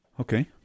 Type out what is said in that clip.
Okay